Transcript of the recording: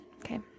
Okay